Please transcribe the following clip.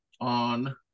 on